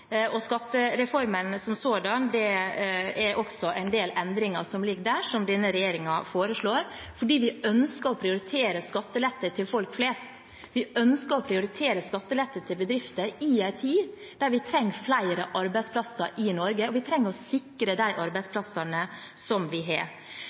skattereformen som sådan er det også en del endringer som denne regjeringen foreslår, fordi vi ønsker å prioritere skattelette for folk flest. Vi ønsker å prioritere skatteletter til bedrifter i en tid der vi trenger flere arbeidsplasser i Norge og trenger å sikre de arbeidsplassene vi har.